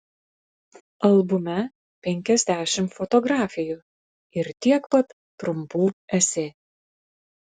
albume penkiasdešimt fotografijų ir tiek pat trumpų esė